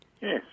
Yes